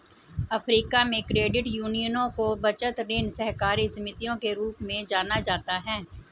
Africa में, credit यूनियनों को बचत, ऋण सहकारी समितियों के रूप में जाना जाता है